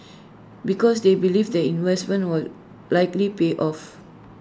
because they believe the investment will likely pay off